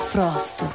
Frost